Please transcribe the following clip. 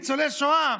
ניצולי שואה,